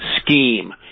scheme